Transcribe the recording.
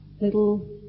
little